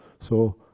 so,